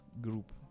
group